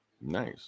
Nice